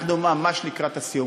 אנחנו ממש לקראת הסיום.